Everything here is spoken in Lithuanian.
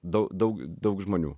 daug daug daug žmonių